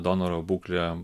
donoro būklė